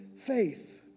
faith